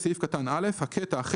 בסעיף קטן (א) הקטע,